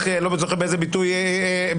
לא בטוח באיזה ביטוי הבהרת,